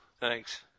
Thanks